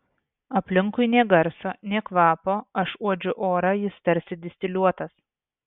aplinkui nė garso nė kvapo aš uodžiu orą jis tarsi distiliuotas